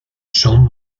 son